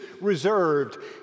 reserved